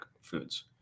foods